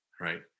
right